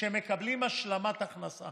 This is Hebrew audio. שמקבלים השלמת הכנסה